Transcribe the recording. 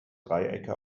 dreiecke